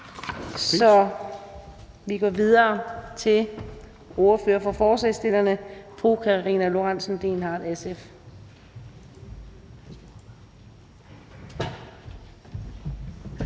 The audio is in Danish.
så vi går videre til ordføreren for forslagsstillerne, fru Karina Lorentzen Dehnhardt, SF.